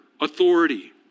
authority